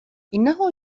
إنه